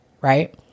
right